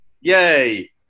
Yay